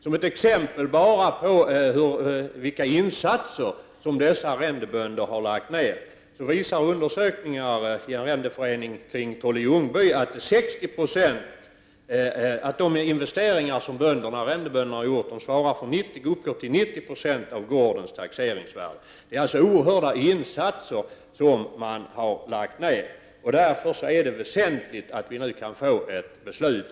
Som ett exempel på vilka insatser som dessa arrendebönder har gjort vill jag nämna en undersökning utförd av arrendeföreningen vid Trolle Ljungby. Den visar att de investeringar som arrendebönderna har gjort svarar mot upp till 90 70 av gårdens taxeringsvärde. Det är alltså fråga om oerhört stora insatser. Därför är det väsentligt att det nu fattas ett beslut.